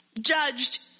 judged